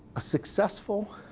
successful